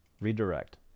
redirect